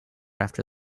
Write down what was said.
after